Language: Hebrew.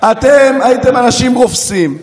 אתם הייתם אנשים רופסים.